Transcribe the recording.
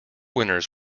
winners